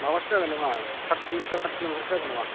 माबासो जागोन नामा सात किल'मिटार आट किल'मिटारसो जागोन नामा